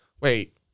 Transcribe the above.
wait